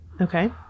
Okay